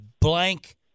blank